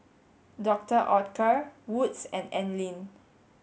Doctor Oetker Wood's and Anlene